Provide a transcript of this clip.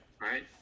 right